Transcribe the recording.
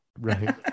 right